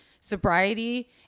sobriety